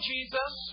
Jesus